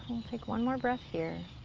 take one more breath here